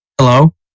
hello